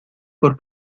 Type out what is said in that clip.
por